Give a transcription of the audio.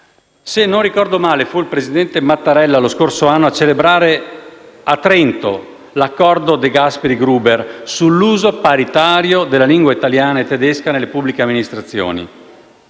Se non ricordo male, fu il Presidente Mattarella lo scorso anno a celebrare a Trento l'accordo De Gasperi-Gruber sull'uso paritario della lingua italiana e tedesca nelle pubbliche amministrazioni.